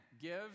give